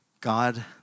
God